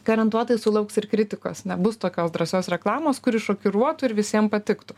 garantuotai sulauks ir kritikos nebus tokios drąsios reklamos kuri šokiruotų ir visiem patiktų